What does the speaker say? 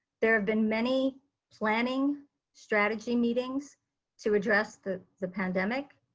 there have been many planning strategy meetings to address the the pandemic.